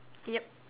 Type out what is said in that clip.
yup